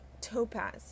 Topaz